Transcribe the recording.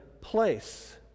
place